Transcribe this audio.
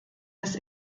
des